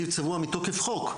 תקציב צבוע מתוקף חוק.